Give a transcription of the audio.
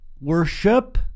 worship